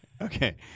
Okay